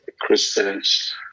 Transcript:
Christians